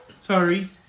Sorry